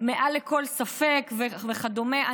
מעל לכל ספק וכדומה.